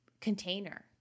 container